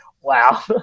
wow